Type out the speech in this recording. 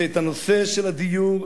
שהנושא של הדיור,